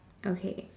okay